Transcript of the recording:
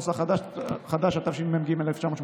התשמ"ג 1983,